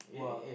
!wah!